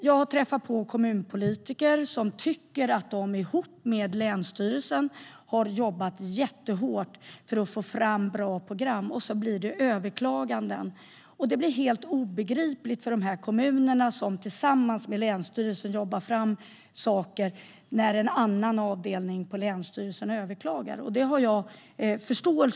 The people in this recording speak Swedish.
Jag har träffat på kommunpolitiker som tycker att de har jobbat jättehårt ihop med länsstyrelsen för att få fram bra program, och så blir det överklaganden. Det blir helt obegripligt för kommuner som jobbar fram saker tillsammans med länsstyrelsen när en annan avdelning på länsstyrelsen överklagar. Det har jag förståelse för.